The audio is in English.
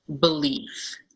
belief